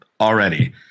already